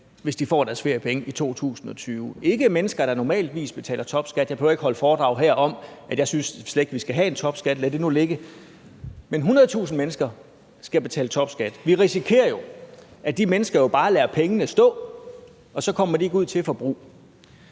hvis de får deres feriepenge i 2020. Det er ikke mennesker, der normalt betaler topskat. Jeg behøver ikke holde foredrag her om, at jeg slet ikke synes, vi skal have en topskat. Lad det nu ligge. Men 100.000 mennesker skal betale topskat. Vi risikerer jo, at de mennesker bare lader pengene stå, og så kommer de ikke ud til forbrug.